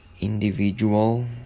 individual